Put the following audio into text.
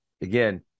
again